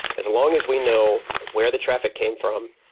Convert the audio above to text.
as long as we know where the traffic came from,